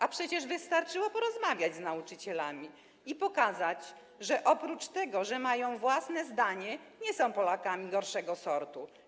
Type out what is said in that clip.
A przecież wystarczyło porozmawiać z nauczycielami i pokazać, że oprócz tego, że mają własne zdanie, nie są Polakami gorszego sortu.